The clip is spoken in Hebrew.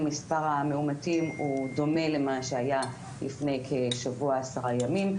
מספר המאומתים דומה למה שהיה לפני כשבוע עשרה ימים,